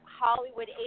Hollywood